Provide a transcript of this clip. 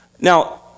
Now